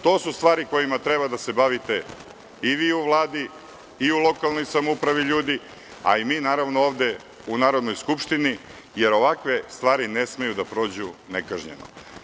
To su stvari kojima treba da se bavite i vi u Vladi i ljudi u lokalnoj samoupravi, a i mi ovde u Narodnoj skupštini, jer ovakve stvari ne smeju da prođu nekažnjeno.